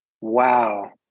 Wow